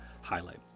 highlight